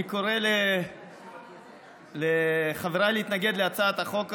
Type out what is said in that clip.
אני קורא לחבריי להתנגד להצעת החוק הזאת,